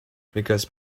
because